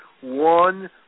one